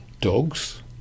dogs